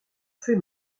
fais